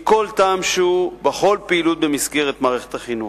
מכל טעם שהוא בכל פעילות במסגרת מערכת החינוך.